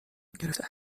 گرفته